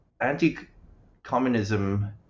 anti-communism